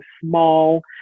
small